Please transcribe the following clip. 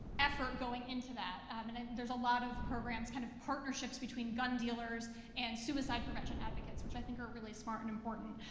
effort going into that. um and and there's a lot of programs, kind of partnerships between gun dealers and suicide prevention advocates, which i think are really smart and important.